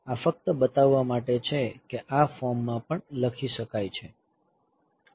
આ ફક્ત બતાવવા માટે છે કે આ ફોર્મ માં પણ લખી શકાય છે